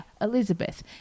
Elizabeth